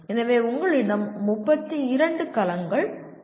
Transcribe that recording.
எனவே உங்களிடம் 32 கலங்கள் உள்ளன